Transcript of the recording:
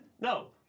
No